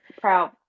proud